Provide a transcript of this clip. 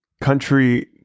country